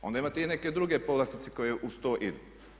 Onda imate i neke druge povlastice koje kroz to idu.